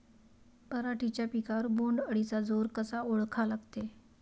पराटीच्या पिकावर बोण्ड अळीचा जोर कसा ओळखा लागते?